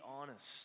honest